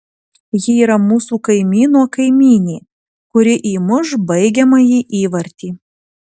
ji yra mūsų kaimyno kaimynė kuri įmuš baigiamąjį įvartį